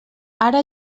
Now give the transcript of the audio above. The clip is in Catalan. ara